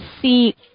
see